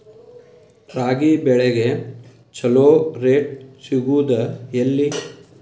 ರಾಗಿ ಬೆಳೆಗೆ ಛಲೋ ರೇಟ್ ಸಿಗುದ ಎಲ್ಲಿ?